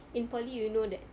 in poly you know that